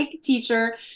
teacher